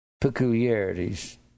peculiarities